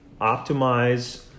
optimize